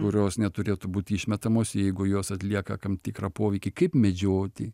kurios neturėtų būti išmetamos jeigu jos atlieka kam tikrą poveikį kaip medžioti